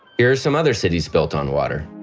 here are some other cities built on water.